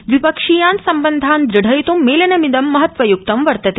द्विपक्षीयान् सम्बन्धान् दृढ़यित् मेलनमिद महत्वयक्त वर्तते